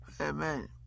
Amen